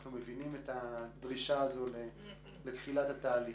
אנחנו מבינים את הדרישה הזו לתחילת התהליך.